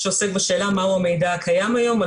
שעוסק בשאלה מהו המידע הקיים היום על